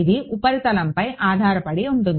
ఇది ఉపరితలంపై ఆధారపడి ఉంటుంది